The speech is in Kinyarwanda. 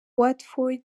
watford